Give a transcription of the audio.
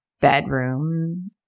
Bedroom